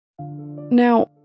Now